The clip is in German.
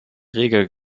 regel